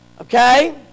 Okay